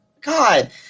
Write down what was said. God